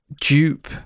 dupe